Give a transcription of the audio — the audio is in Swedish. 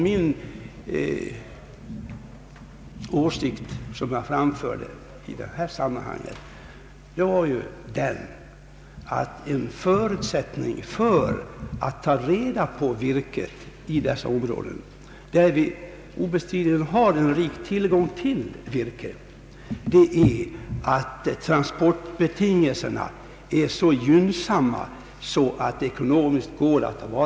Min åsikt, som jag framfört i detta sammanhang, är att en förutsättning för att man skall kunna ta reda på virket i dessa områden — där vi obestridligen har en riklig tillgång på virke — är att transportbetingelserna är så gynnsamma att tillvaratagandet av virket ger ekonomisk vinst.